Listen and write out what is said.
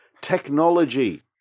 technology